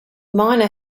miner